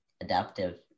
adaptive